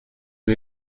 que